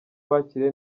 bakiriye